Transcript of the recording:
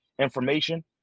information